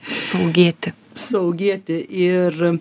suaugėti suaugėti ir